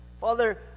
Father